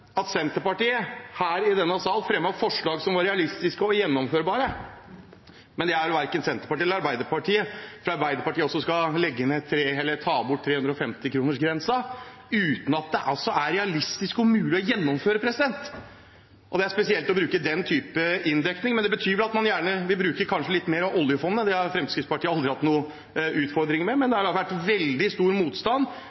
at Senterpartiet her i denne sal fremmet forslag som var realistiske og gjennomførbare. Men det gjelder vel verken Senterpartiet eller Arbeiderpartiet, for Arbeiderpartiet også skal ta bort 350-kronersgrensen uten at det er realistisk mulig å gjennomføre. Det er spesielt å bruke den typen inndekning. Det betyr vel at man gjerne vil bruke litt mer av oljefondet – det har Fremskrittspartiet aldri hatt noen utfordringer med, men